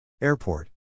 Airport